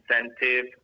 incentive